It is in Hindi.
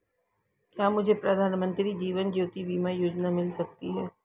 क्या मुझे प्रधानमंत्री जीवन ज्योति बीमा योजना मिल सकती है?